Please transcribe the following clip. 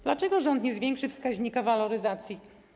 Dlaczego rząd nie zwiększy wskaźnika waloryzacji?